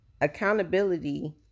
accountability